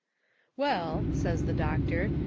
well, says the doctor,